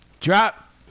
Drop